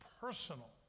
personal